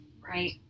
right